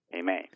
Amen